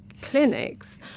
clinics